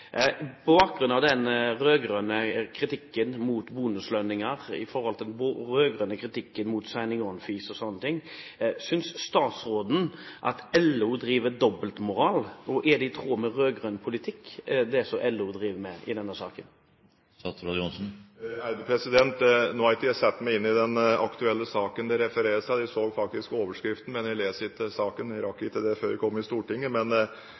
bakgrunn av den rød-grønne kritikken mot bonuslønninger og den rød-grønne kritikken mot «sign-on fees» o.l.: Synes statsråden at LO driver dobbeltmoral? Og er det som LO driver med i denne saken, i tråd med rød-grønn politikk? Nå har ikke jeg satt meg inn i den aktuelle saken som det refereres til. Jeg så faktisk overskriften, men jeg leste ikke artikkelen – jeg rakk ikke det før jeg kom til Stortinget. Men